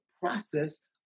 process